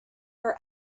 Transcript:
her